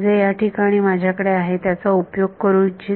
जे याठिकाणी माझ्याकडे आहे त्याचा उपयोग करू इच्छिते